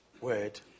word